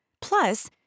Plus